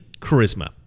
charisma